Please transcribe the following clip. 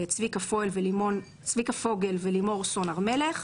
צביקה פוגל ולימור סון הר מלך,